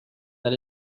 that